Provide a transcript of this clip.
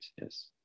yes